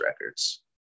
records